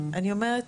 אני אומרת,